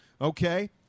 Okay